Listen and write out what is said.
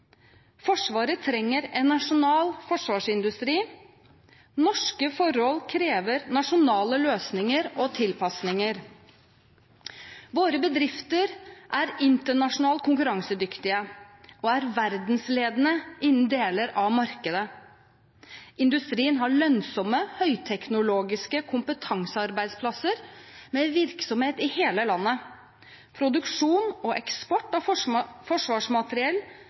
Forsvaret trenger en nasjonal forsvarsindustri – norske forhold krever nasjonale løsninger og tilpasninger. Våre bedrifter er internasjonalt konkurransedyktige og verdensledende innen deler av markedet. Industrien har lønnsomme høyteknologiske kompetansearbeidsplasser med virksomhet i hele landet. Produksjon og eksport av forsvarsmateriell